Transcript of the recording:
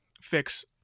fix